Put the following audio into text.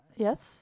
Yes